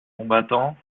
combattants